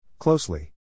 Closely